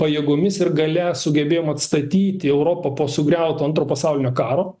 pajėgomis ir galia sugebėjom atstatyti europą po sugriauto antro pasaulinio karo